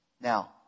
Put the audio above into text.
Now